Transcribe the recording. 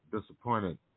disappointed